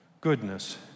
goodness